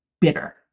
bitter